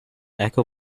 echo